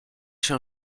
się